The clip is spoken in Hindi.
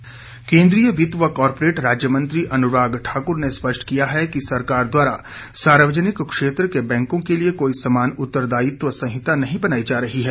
अनुराग ठाकुर केन्द्रीय वित्त व कॉरपोरेट राज्यमंत्री अनुराग ठाकुर ने स्पष्ट किया है कि सरकार द्वारा सार्वजनिक क्षेत्र के बैंकों के लिए कोई समान उत्तरदायित्व संहिता नहीं बनाई जा रही है